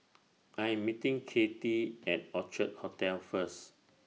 I Am meeting Katy At Orchid Hotel First